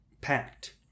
Packed